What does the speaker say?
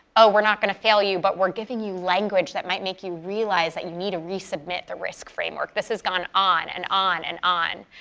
ah we're not going to fail you but we're giving you language that might make you realize that you need to resubmit the risk framework. this has gone on and on and on.